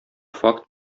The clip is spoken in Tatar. факт